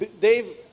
Dave